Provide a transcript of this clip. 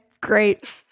great